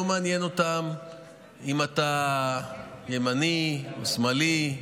לא מעניין אותם אם אתה ימני או שמאלני,